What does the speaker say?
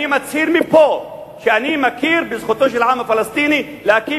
אני מצהיר מפה שאני מכיר בזכותו של העם הפלסטיני להקים